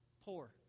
poor